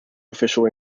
official